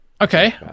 Okay